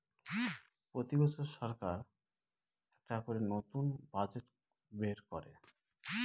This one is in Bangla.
প্রতি বছর সরকার একটা করে নতুন বাজেট বের করে